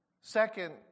Second